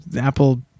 Apple